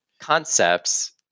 concepts